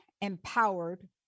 empowered